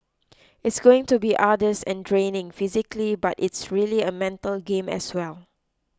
it's going to be arduous and draining physically but it's really a mental game as well